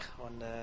on